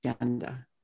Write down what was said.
agenda